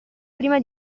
prima